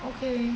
oh okay